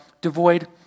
devoid